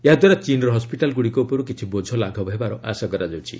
ଏହାଦ୍ୱାରା ଚୀନର ହସ୍କିଟାଲଗୁଡ଼ିକ ଉପର୍ କିଛି ବୋଝ ଲାଘବ ହେବାର ଆଶା କରାଯାଉଛି